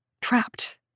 Trapped